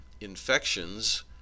infections